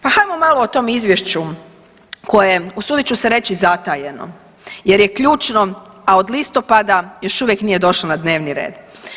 Pa hajmo malo o tom izvješću koje je usudit ću se reći zatajeno jer je ključno, a od listopada još uvijek nije došlo na dnevni red.